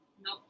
No